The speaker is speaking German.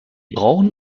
brauchen